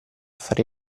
fare